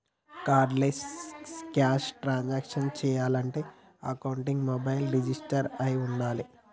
cardless cash transactions చెయ్యాలంటే అకౌంట్కి mobile register అయ్యి వుండాలే